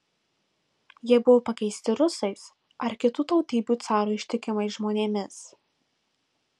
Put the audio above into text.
jie buvo pakeisti rusais ar kitų tautybių carui ištikimais žmonėmis